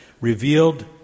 revealed